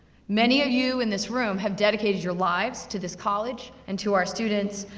many of you in this room, have dedicated your lives to this college, and to our students.